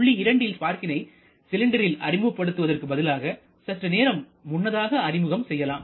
புள்ளி 2ல் ஸ்பார்க்கினை சிலிண்டரில் அறிமுகப்படுத்துவதற்கு பதிலாக சற்றுநேரம் முன்னதாக அறிமுகம் செய்யலாம்